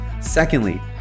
Secondly